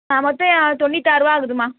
ஆ மொத்தம் ஆ தொண்ணுாத்தாறுவா ஆகுதும்மா